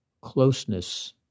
closeness